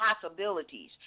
possibilities